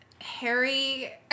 Harry